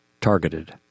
targeted